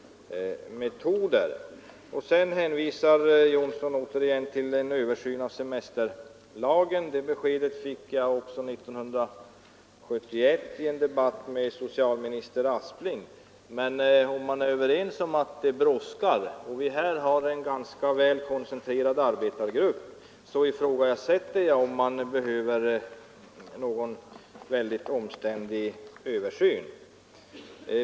Sedan hänvisade herr Johnsson åter till en översyn av semesterlagen. Samma besked fick jag även 1971 i en debatt med socialminister Aspling. Men om vi är överens om att det brådskar och att vi här har en ganska väl koncentrerad arbetargrupp, ifrågasätter jag om det behövs någon omständlig översyn.